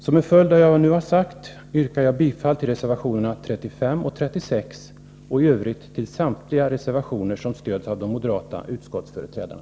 Som en följd av vad jag nu har sagt yrkar jag bifall till reservationerna 35 och 36 och i övrigt till samtliga reservationer som stöds av de moderata utskottsföreträdarna.